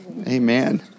Amen